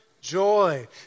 joy